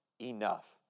enough